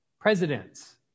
presidents